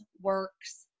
works